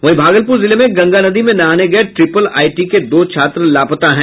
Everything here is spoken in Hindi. वहीं भागलपुर जिले में गंगा नदी में नहाने गये ट्रिपल आईटी के दो छात्र लापता हैं